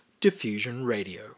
diffusionradio